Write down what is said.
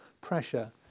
pressure